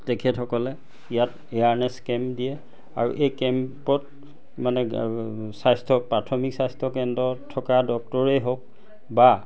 তেখেতসকলে ইয়াত awareness camp দিয়ে আৰু এই কেম্পত মানে স্বাস্থ্য প্ৰাথমিক স্বাস্থ্যকেন্দ্ৰত থকা ডক্টৰেই হওক বা